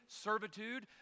servitude